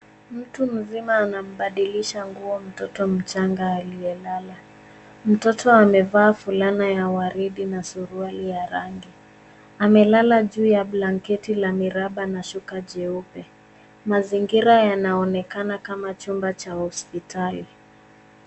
Mtu mzima anambadilisha nguo mtoto mchanga aliyelala. Mtoto amevaa fulana ya waridi na suruali ya rangi. Amelala juu ya blanketi la miraba na shuka jeupe. Mazingira yanaonekana kama chumba cha hosipitali.